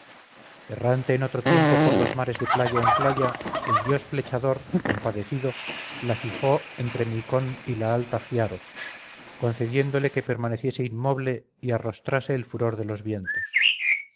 errante en otro tiempo por los mares de playa en playa el dios flechador compadecido la fijó entre micón y la alta giaro concediéndole que permaneciese inmoble y arrostrase el furor de los vientos